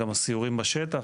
גם הסיורים בשטח,